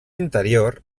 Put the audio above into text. interior